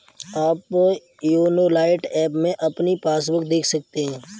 आप YONO lite app में अपनी पासबुक देख सकते हैं